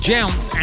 Jounce